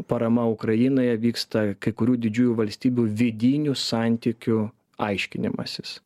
parama ukrainoje vyksta kai kurių didžiųjų valstybių vidinių santykių aiškinimasis